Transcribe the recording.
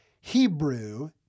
Hebrew